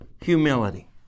humility